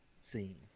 scene